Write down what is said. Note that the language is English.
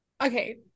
Okay